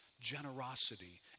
generosity